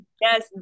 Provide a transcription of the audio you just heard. yes